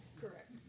Correct